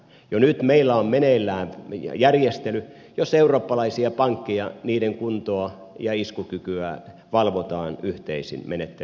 jo nyt meillä on meneillään järjestely jossa eurooppalaisia pankkeja niiden kuntoa ja iskukykyä valvotaan yhtei sin menettelytavoin